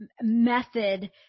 method